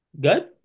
Good